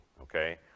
okay